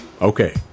Okay